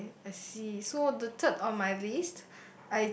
okay I see so the third on my list